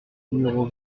numéro